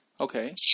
okay